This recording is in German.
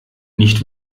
nicht